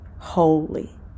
holy